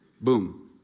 Boom